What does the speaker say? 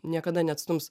niekada neatstums